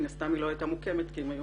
מן הסתם היא לא הייתה מוקמת כי הם היו